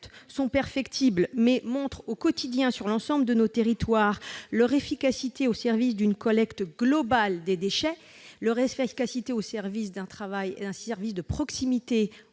certes perfectibles, mais qui montrent au quotidien, sur l'ensemble de nos territoires, leur efficacité au service d'une collecte globale des déchets, leur efficacité au service d'un travail et d'un service de proximité